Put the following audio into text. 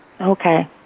Okay